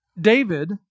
David